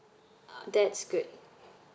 that's great